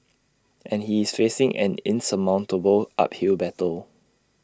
and he is facing an insurmountable uphill battle